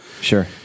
Sure